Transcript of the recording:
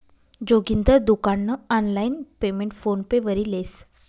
जोगिंदर दुकान नं online payment PhonePe वरी लेस